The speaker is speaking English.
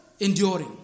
enduring